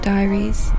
Diaries